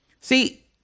See